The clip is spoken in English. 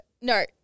No